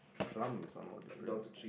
plant is one more difference